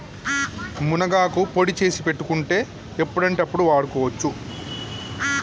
మునగాకు పొడి చేసి పెట్టుకుంటే ఎప్పుడంటే అప్పడు వాడుకోవచ్చు